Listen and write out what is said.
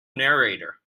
narrator